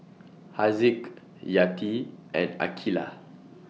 Haziq Yati and Aqeelah